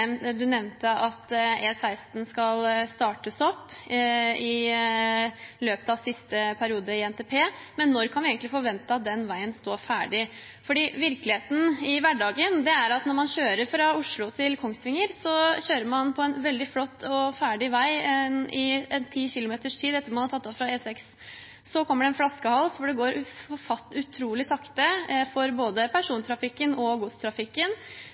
nevnte om at utbyggingen av E16 skal startes opp i løpet av siste periode i NTP. Men når kan vi egentlig forvente at den veien står ferdig? Virkeligheten i hverdagen er at når man kjører fra Oslo til Kongsvinger, kjører man på en veldig flott og ferdig vei i 10 km etter at man har tatt av fra E6. Så kommer det en flaskehals hvor det går utrolig sakte for både persontrafikken og godstrafikken,